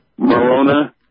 Marona